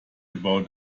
about